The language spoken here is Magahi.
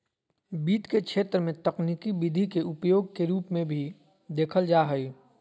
वित्त के क्षेत्र में तकनीकी विधि के उपयोग के रूप में भी देखल जा हइ